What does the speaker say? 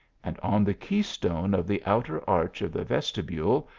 and on the key-stone of the outer arch of the vestibule,